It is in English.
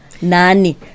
nani